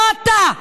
לא אתה,